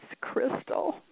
crystal